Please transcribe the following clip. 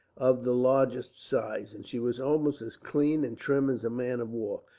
of the largest size, and she was almost as clean and trim as a man of war.